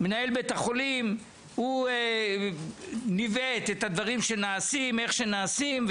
מנהל בית החולים ניווט את הדברים שנעשים איך שנעשים,